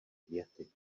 květy